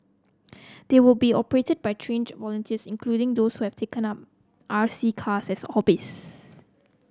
they will be operated by trained volunteers including those R C cars as hobbies